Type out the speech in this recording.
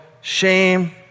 shame